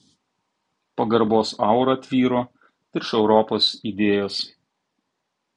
pagarbos aura tvyro virš europos idėjos